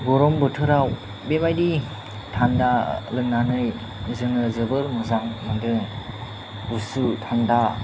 गरम बोथोराव बेबायदि थान्दा लोंनानै जोङो जोबोर मोजां मोनदों गुसु थान्दा